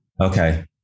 Okay